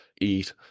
eat